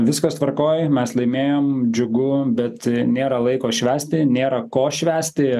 viskas tvarkoj mes laimėjom džiugu bet nėra laiko švęsti nėra ko švęsti